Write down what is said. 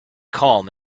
calm